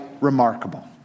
remarkable